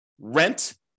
rent